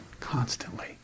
constantly